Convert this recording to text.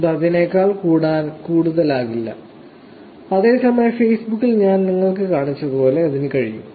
ഇത് അതിനേക്കാൾ കൂടുതലാകില്ല അതേസമയം ഫേസ്ബുക്കിൽ ഞാൻ നിങ്ങൾക്ക് കാണിച്ചതുപോലെ അതിന് കഴിയും